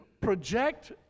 project